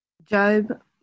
Job